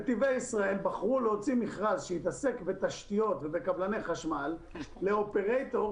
נתיבי ישראל בחרו להוציא מכרז שהתעסק בתשתיות וקבלני חשמל לאופרייטור,